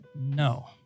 No